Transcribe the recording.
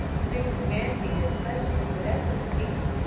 you may command me your pleasure, whatever it be.